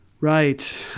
Right